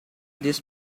this